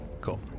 cool